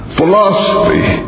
philosophy